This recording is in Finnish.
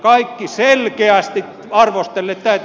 kaikki selkeästi arvostelleet teitä